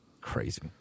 Crazy